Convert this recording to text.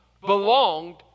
belonged